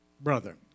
brother